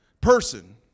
person